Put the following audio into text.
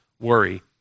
worry